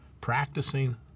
practicing